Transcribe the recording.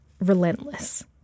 relentless